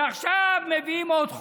ועכשיו מביאים עוד חוק,